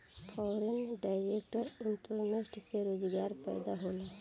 foreign direct investment से रोजगार पैदा होला